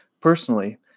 personally